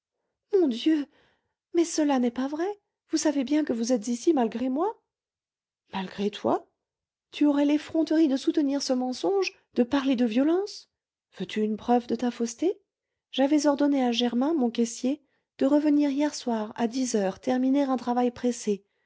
mon dieu mais cela n'est pas vrai vous savez bien que vous êtes ici malgré moi malgré toi tu aurais l'effronterie de soutenir ce mensonge de parler de violences veux-tu une preuve de ta fausseté j'avais ordonné à germain mon caissier de revenir hier soir à dix heures terminer un travail pressé